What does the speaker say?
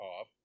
off